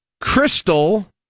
Crystal